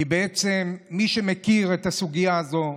כי בעצם מי שמכירים את הסוגיה הזאת,